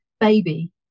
baby